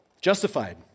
justified